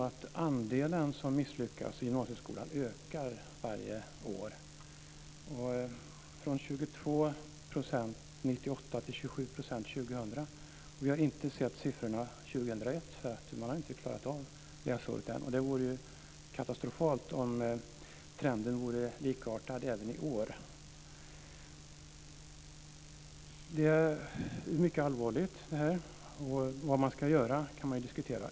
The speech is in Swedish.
Andelen elever som misslyckas i gymnasieskolan ökar varje år, från 22 % år 1998 till 27 % år 2000. Vi har inte sett siffrorna för år 2001, för de har inte klarat av läsåret än. Det vore ju katastrofalt om trenden vore likartad även i år. Det här är mycket allvarligt, och vi kan diskutera vad som ska göras.